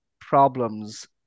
problems